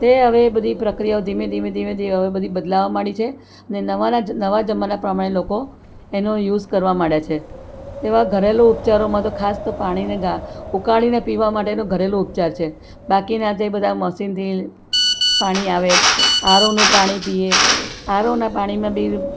તે હવે બધી પ્રક્રિયાઓ ધીમે ધીમે ધીમે ધીમે હવે બધી બદલાવા માંડી છે ને નવાના નવા જમાના પ્રમાણે લોકો એનો યુસ કરવા માંડ્યા છે તેવા ઘરેલુ ઉપચારોમાં તો ખાસ તો પાણીને ઉકાળીને પીવા માટેનો ઘરેલુ ઉપચાર છે બાકીના જે બધા મશીનથી પાણી આવે આરોનું પાણી પીએ આરઓનાં પાણીમાં બી